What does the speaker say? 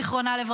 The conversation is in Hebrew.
ז"ל.